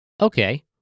Okay